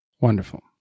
Wonderful